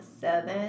seven